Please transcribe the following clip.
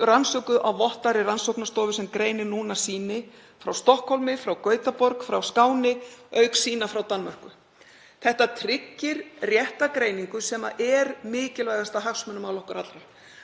rannsökuð á vottaðri rannsóknarstofu sem greinir núna sýni frá Stokkhólmi, frá Gautaborg, frá Skáni auk sýna frá Danmörku. Þetta tryggir rétta greiningu sem er mikilvægasta hagsmunamál okkar allra.